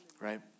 right